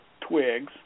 twigs